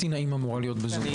אתי נעים אמורה להיות בזום.